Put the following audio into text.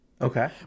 Okay